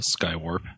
Skywarp